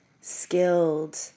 skilled